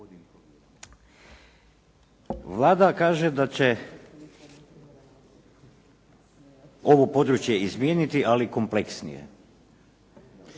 Vlada kaže da će ovo područje izmijeniti, ali kompleksnije.